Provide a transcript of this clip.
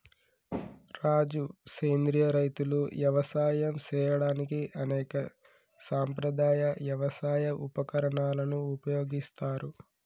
రాజు సెంద్రియ రైతులు యవసాయం సేయడానికి అనేక సాంప్రదాయ యవసాయ ఉపకరణాలను ఉపయోగిస్తారు